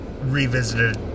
revisited